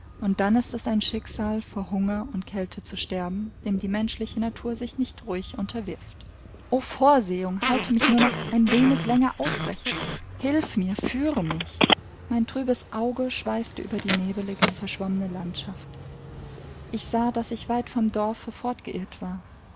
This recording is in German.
und dann ist es ein schicksal vor hunger und kälte zu sterben dem die menschliche natur sich nicht ruhig unterwirft o vorsehung halte mich nur noch ein wenig länger aufrecht hilf mir führe mich mein trübes auge schweifte über die nebelige verschwommene landschaft ich sah daß ich weit vom dorfe fortgeirrt war